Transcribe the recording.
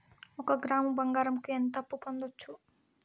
ఒక గ్రాము బంగారంకు ఎంత అప్పు పొందొచ్చు